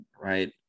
right